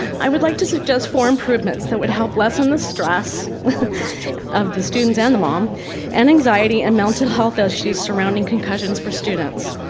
i would like to suggest four improvements that would help lessen the stress of the students in and the mom and anxiety and mental health issues surrounding concussions for students.